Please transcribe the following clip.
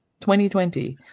2020